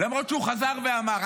למרות שהוא חזר ואמר.